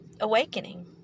awakening